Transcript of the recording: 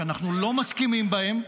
שאנחנו לא מסכימים בהם.